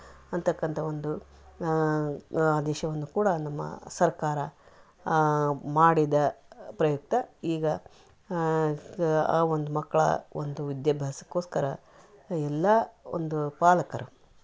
ಅಂತಕ್ಕಂಥ ಒಂದು ಆದೇಶವನ್ನು ಕೂಡ ನಮ್ಮ ಸರ್ಕಾರ ಮಾಡಿದ ಪ್ರಯುಕ್ತ ಈಗ ಆ ಒಂದು ಮಕ್ಕಳ ಒಂದು ವಿದ್ಯಾಭ್ಯಾಸಕ್ಕೋಸ್ಕರ ಎಲ್ಲಾ ಒಂದು ಪಾಲಕರು